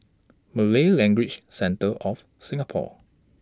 Malay Language Centre of Singapore